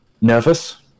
nervous